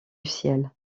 ciel